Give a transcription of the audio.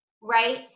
right